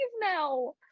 now